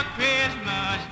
Christmas